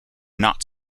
not